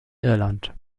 irland